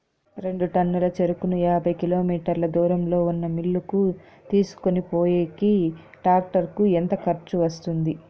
రెండు టన్నుల చెరుకును యాభై కిలోమీటర్ల దూరంలో ఉన్న మిల్లు కు తీసుకొనిపోయేకి టాక్టర్ కు ఎంత ఖర్చు వస్తుంది?